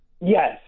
Yes